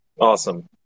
Awesome